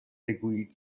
بگویید